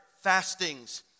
fastings